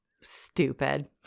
stupid